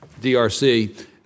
DRC